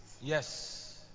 Yes